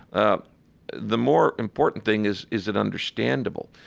ah the more important thing is, is it understandable?